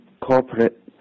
corporate